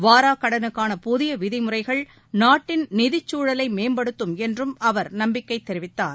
வாராக் கடனுக்கான புதியவிதிமுறைகள் நாட்டின் நிதிச் சூழலை மேம்படுத்தும் என்றும் அவர் நம்பிக்கைதெரிவித்தார்